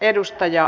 kiitos